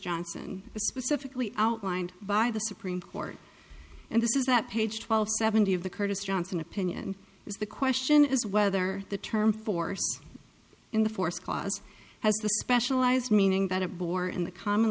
johnson specifically outlined by the supreme court and this is that page twelve seventy of the curtis johnson opinion is the question is whether the term force in the force clause has the specialized meaning that it bore in the common